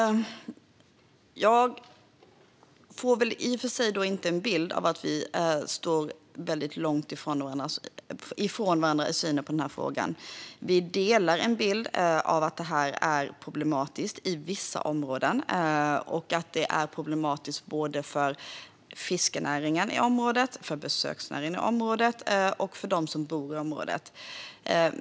Fru talman! Jag får i och för sig inte en bild av att vi står väldigt långt ifrån varandra i den här frågan. Vi delar en bild av att det här är problematiskt i vissa områden och att det är problematiskt för såväl fiske och besöksnäringen som för dem som bor i området.